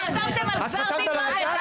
את חתמת על המכתב?